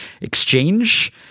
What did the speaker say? exchange